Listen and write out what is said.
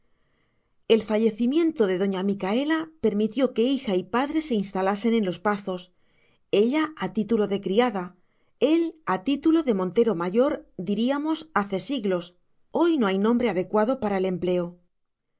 el fallecimiento de doña micaela permitió que hija y padre se instalasen en los pazos ella a título de criada él a título de montero mayor diríamos hace siglos hoy no hay nombre adecuado para el empleo